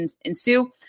ensue